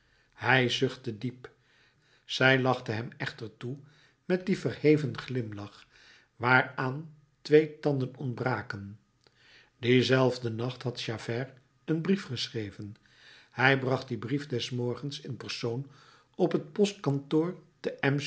hij zuchtte diep zij lachte hem echter toe met dien verheven glimlach waaraan twee tanden ontbraken dienzelfden nacht had javert een brief geschreven hij bracht dien brief des morgens in persoon op het postkantoor te